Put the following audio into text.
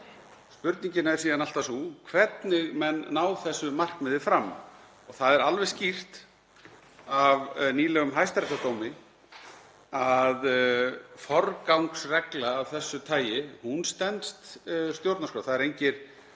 Spurningin er síðan alltaf sú hvernig menn ná þessu markmiði fram og það er alveg skýrt af nýlegum hæstaréttardómi að forgangsregla af þessu tagi stenst stjórnarskrá. Það eru engir